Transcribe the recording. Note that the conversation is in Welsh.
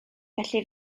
felly